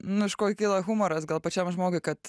nu iš ko kyla humoras gal pačiam žmogui kad